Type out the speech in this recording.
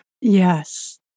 Yes